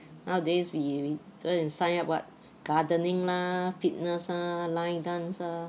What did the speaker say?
nowadays we we go and sign up what gardening lah fitness ah line dance ah